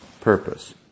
purpose